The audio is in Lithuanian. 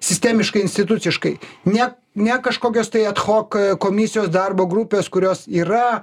sistemiškai instituciškai ne ne kažkokios tai ad hoc komisijos darbo grupės kurios yra